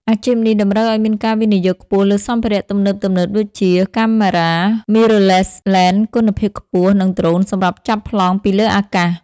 អាជីពនេះតម្រូវឱ្យមានការវិនិយោគខ្ពស់លើសម្ភារៈទំនើបៗដូចជា កាមេរ៉ា Mirrorless ឡេនគុណភាពខ្ពស់ និងដ្រូនសម្រាប់ចាប់ប្លង់ពីលើអាកាស។